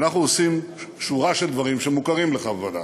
ואנחנו עושים שורה של דברים, שמוכרים לך בוודאי,